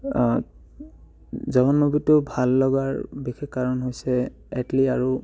জৱান মুভিটোৰ ভাল লগাৰ বিশেষ কাৰণ হৈছে এটলি আৰু